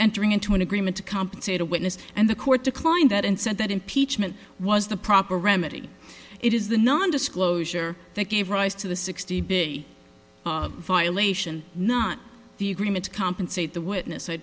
entering into an agreement to compensate a witness and the court declined that and said that impeachment was the proper remedy it is the non disclosure that gave rise to the sixty big violation not the agreement to compensate witness i